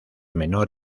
menor